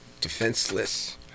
defenseless